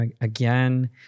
again